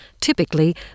Typically